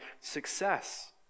success